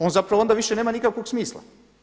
On zapravo onda više nema nikakvog smisla.